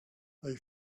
they